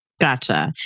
Gotcha